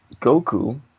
Goku